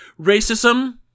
racism